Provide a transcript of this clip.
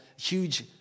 huge